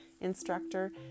instructor